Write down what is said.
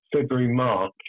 February-March